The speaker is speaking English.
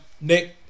Nick